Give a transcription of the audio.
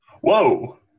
Whoa